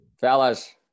Fellas